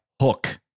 Hook